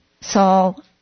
Saul